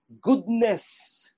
goodness